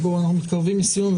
אנחנו מתקרבים לסיום,